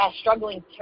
struggling